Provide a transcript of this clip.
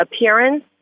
appearance